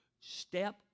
step